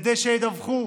כדי שידווחו,